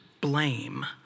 blame